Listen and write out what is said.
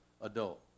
adult